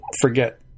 forget